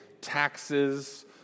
taxes